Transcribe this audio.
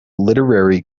literary